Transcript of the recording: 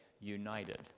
united